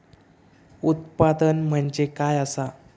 उत्पादन म्हणजे काय असा?